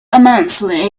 immensely